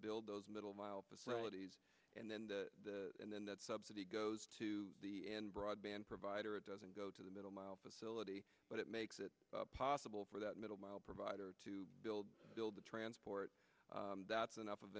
build those middle mile facilities and then the and then that subsidy goes to the end broadband provider it doesn't go to the middle mile facility but it makes it possible for that middle mile provider to build build the transport that's enough of